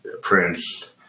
Prince